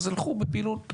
אז הלכו בפעילות אחרת.